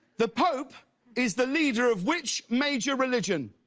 the pope is the leader of which major religeon.